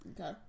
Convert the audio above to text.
Okay